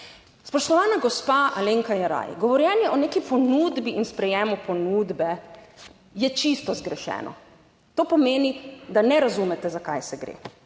Spoštovana gospa Alenka Jeraj, govorjenje o neki ponudbi in sprejemu ponudbe je čisto zgrešeno, to pomeni, da ne razumete, za kaj se gre,